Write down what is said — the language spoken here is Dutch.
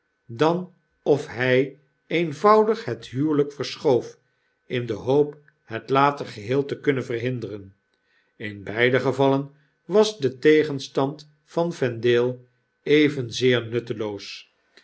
dan of hjj eenvoudig het huwelijk verschoof in de hoop het later geheel te kunnen verhinderen in beide gevallen was de tegenstand van vendale evenzeer nutteloos